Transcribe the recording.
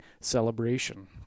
celebration